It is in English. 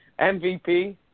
MVP